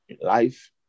life